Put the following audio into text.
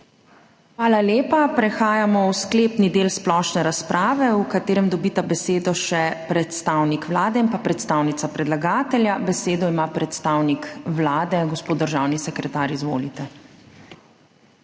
Hvala lepa. Prehajamo v sklepni del splošne razprave, v katerem dobita besedo še predstavnik Vlade in predstavnica predlagatelja. Besedo ima predstavnik Vlade, gospod državni sekretar. Izvolite.